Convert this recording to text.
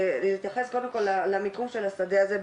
אתייחס קודם כל למיקום של השדה הזה,